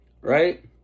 right